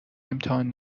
امتحان